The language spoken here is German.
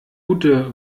gute